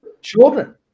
children